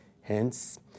Hence